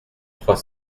trois